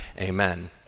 amen